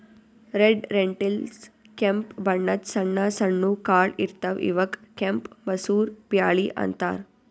red lentils ಕೆಂಪ್ ಬಣ್ಣದ್ ಸಣ್ಣ ಸಣ್ಣು ಕಾಳ್ ಇರ್ತವ್ ಇವಕ್ಕ್ ಕೆಂಪ್ ಮಸೂರ್ ಬ್ಯಾಳಿ ಅಂತಾರ್